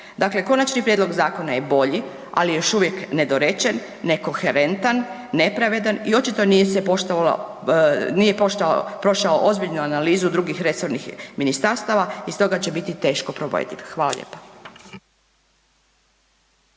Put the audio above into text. Dakle, konačni prijedlog zakona je bolji, ali je još uvijek nedorečen, nekoherentan, nepravedan i očito nije se poštovalo, nije prošao ozbiljnu analizu drugih resornih ministarstava i stoga će biti teško provediv. Hvala lijepa.